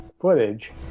footage